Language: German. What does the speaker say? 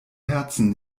herzen